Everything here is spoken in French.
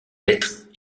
lettres